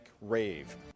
Rave